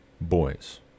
boys